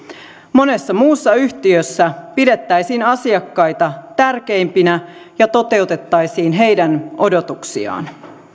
monessa muussa yhtiössä pidettäisiin asiakkaita tärkeimpinä ja toteutettaisiin heidän odotuksiaan